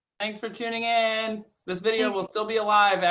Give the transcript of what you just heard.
thanks for tuning in. this video will still be live yeah